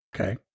Okay